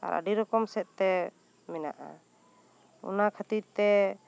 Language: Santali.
ᱟᱹᱰᱤ ᱨᱚᱠᱚᱢ ᱥᱮᱫ ᱛᱮ ᱢᱮᱱᱟᱜᱼᱟ ᱚᱱᱟ ᱠᱷᱟᱹᱛᱤᱨ ᱛᱮ